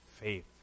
faith